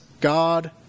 God